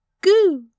goo